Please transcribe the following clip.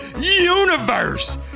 universe